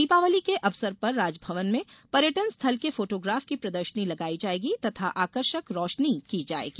दीपावली के अवसर पर राजभवन में पर्यटन स्थल के फोटोग्राफ की प्रदर्शनी लगाई जायेगी तथा आकर्षक रोशनी की जायेगी